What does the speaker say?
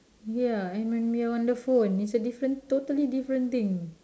ya and when we're on the phone it's a different totally different thing